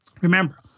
Remember